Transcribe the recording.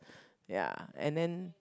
ya and then